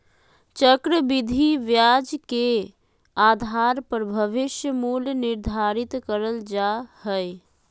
चक्रविधि ब्याज के आधार पर भविष्य मूल्य निर्धारित करल जा हय